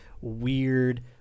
weird